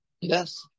yes